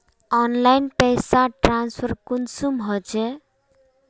Online पैसा transfer कुंसम होचे?